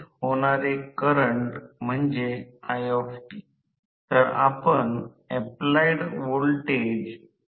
stator विंडिंगमध्ये emf समकालीन वेगात चालवते जे स्टेटर प्रतिरोध आणि गळती प्रतिक्रिया नगण्य आहे या धारणा अंतर्गत टर्मिनल व्होल्टेज ला संतुलित करते